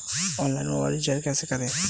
Online mobile recharge कैसे करें?